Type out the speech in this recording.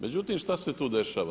Međutim šta se tu dešava?